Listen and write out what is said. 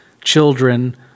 children